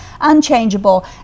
unchangeable